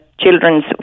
Children's